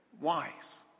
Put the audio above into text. Wise